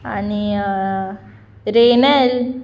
आनी रेनेल